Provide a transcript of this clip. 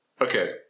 okay